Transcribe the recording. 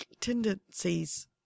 tendencies